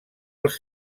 els